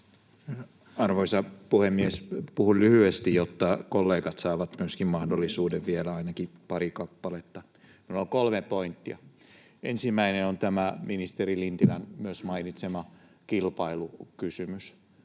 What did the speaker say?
Arvoisa puhemies! Puhun lyhyesti, jotta myöskin kollegat saavat mahdollisuuden, vielä ainakin pari kappaletta. Minulla on kolme pointtia. Ensimmäinen on myös tämä ministeri Lintilän mainitsema kilpailukysymys.